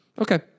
okay